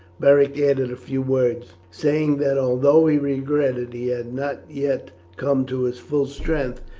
beric added a few words, saying, that although he regretted he had not yet come to his full strength,